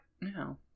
No